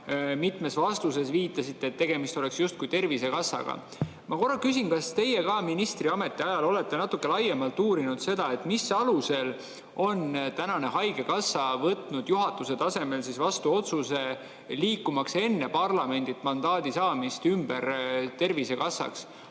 mitmes vastuses viitasite, et tegemist oleks justkui tervisekassaga. Ma korra küsin: kas teie ministriameti ajal olete natuke laiemalt uurinud seda, mis alusel on tänane haigekassa võtnud juhatuse tasemel vastu otsuse liikumaks enne parlamendilt mandaadi saamist ümber tervisekassaks?